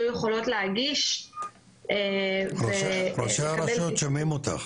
יכולות להגיש -- ראשי הרשויות שומעים אותך,